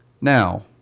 Now